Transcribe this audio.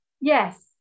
Yes